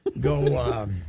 go